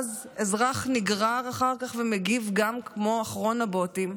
ואז אזרח נגרר אחר כך וגם מגיב כמו אחרון הבוטים.